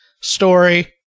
story